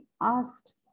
asked